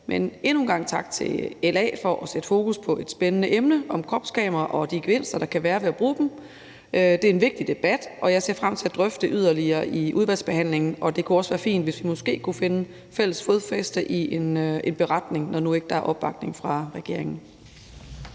Men endnu en gang tak til LA for at sætte fokus på et spændende emne om kropskameraer og de gevinster, der kan være ved at bruge dem. Det er en vigtig debat, og jeg ser frem til at drøfte det yderligere i udvalgsbehandlingen. Det kunne også være fint, hvis vi måske kunne finde fælles fodfæste i en beretning, når nu der ikke er opbakning fra regeringen.